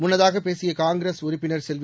முன்னதாக பேசிய காங்கிரஸ் உறுப்பினர் செல்வி